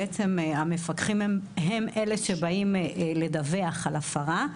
המפקחים הם אלה שבאים לדווח על הפרה.